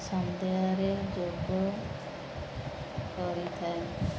ସନ୍ଧ୍ୟାରେ ଯୋଗ କରିଥାଏ